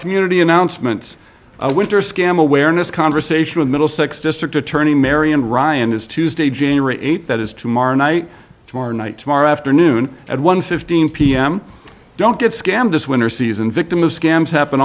community announcements winter scam awareness conversation with middlesex district attorney mary and ryan is tuesday january eighth that is tomorrow night tomorrow night tomorrow afternoon at one fifteen pm don't get scammed this winter season victim of scams happen